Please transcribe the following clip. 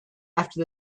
after